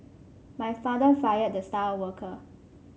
my father fired the star worker